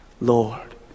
Lord